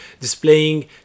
displaying